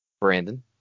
brandon